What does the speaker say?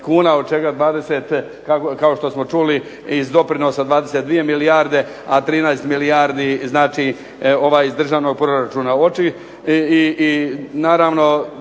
kuna od čega 20 kao što smo čuli iz doprinosa 22 milijarde a 13 milijardi iz državnog proračuna.